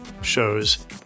shows